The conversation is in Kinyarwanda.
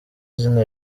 zina